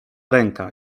ręka